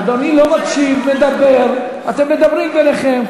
אדוני לא מקשיב, מדבר, אתם מדברים ביניכם.